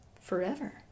forever